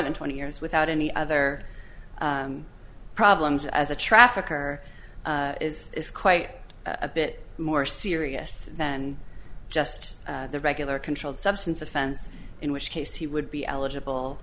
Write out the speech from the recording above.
than twenty years without any other problems as a trafficker is is quite a bit more serious than just the regular controlled substance offense in which case he would be eligible